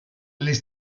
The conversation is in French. les